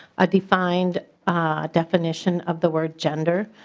a defined definition of the word gender.